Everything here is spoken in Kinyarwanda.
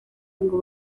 ngo